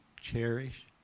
cherish